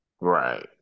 Right